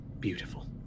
Beautiful